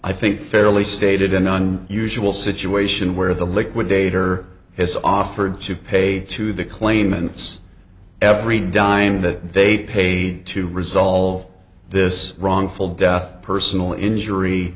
i think fairly stated and on usual situation where the liquidator has offered to pay to the claimants every dime that they paid to resolve this wrongful death personal injury